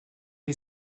est